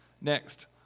Next